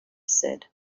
said